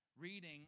reading